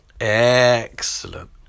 Excellent